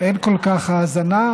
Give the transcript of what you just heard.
שאין כל כך האזנה,